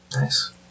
nice